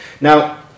Now